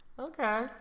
Okay